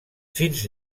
fins